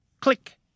Click